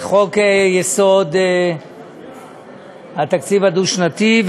חוק-יסוד התקציב הדו-שנתי,